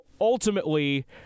ultimately